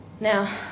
Now